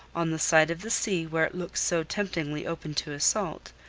on the side of the sea where it looks so temptingly open to assault,